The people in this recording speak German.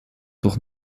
doch